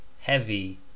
heavy